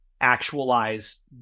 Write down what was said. actualize